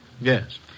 Yes